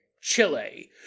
Chile